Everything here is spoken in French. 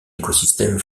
écosystème